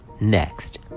next